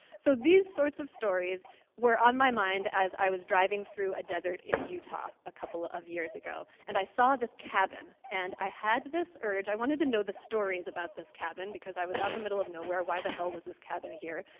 so these sorts of stories were on my mind as i was driving through a desert in utah a couple of years ago and i saw this cabin and had this urge i wanted to know the stories about this cabin, because i was in the middle of nowhere. why the hell was cabin here?